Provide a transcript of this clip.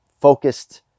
focused